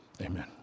amen